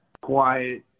quiet